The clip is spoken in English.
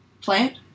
Plant